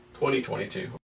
2022